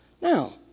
Now